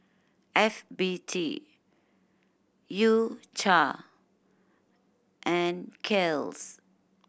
F B T U Cha and Kiehl's